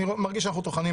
אני מרגיש שאנחנו טוחנים מים.